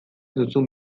duzun